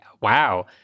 wow